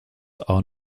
are